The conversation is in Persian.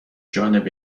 جانب